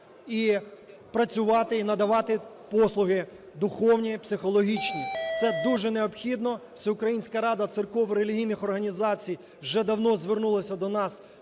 і працювати і надавати послуги духовні, психологічні. Це дуже необхідно. Всеукраїнська рада церков і релігійних організацій вже давно звернулася до нас